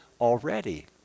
already